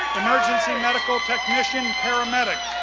emergency medical technician paramedic.